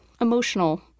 emotional